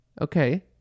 Okay